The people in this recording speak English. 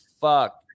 fuck